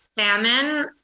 Salmon